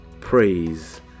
praise